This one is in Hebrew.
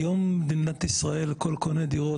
היום במדינת ישראל כל קונה דירות,